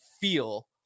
feel